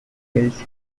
fields